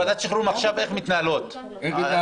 עכשיו איך מתנהלות ועדות שחרורים?